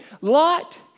Lot